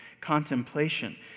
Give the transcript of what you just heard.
contemplation